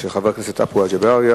לתקנות הנדרשות לחוק פיצוי נפגעי פוליו,